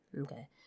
Okay